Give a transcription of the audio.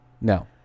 No